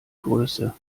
größe